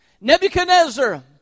Nebuchadnezzar